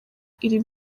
iri